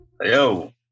yo